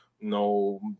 no